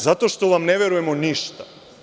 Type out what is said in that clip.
Zato što vam ne verujemo ništa.